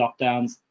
lockdowns